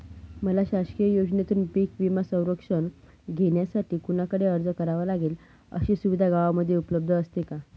मला शासकीय योजनेतून पीक विमा संरक्षण घेण्यासाठी कुणाकडे अर्ज करावा लागेल? अशी सुविधा गावामध्ये उपलब्ध असते का?